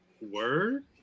Word